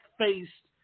faced